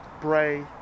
Bray